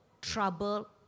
trouble